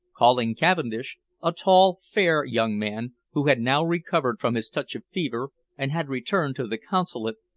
calling cavendish, a tall, fair young man, who had now recovered from his touch of fever and had returned to the consulate,